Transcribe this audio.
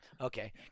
okay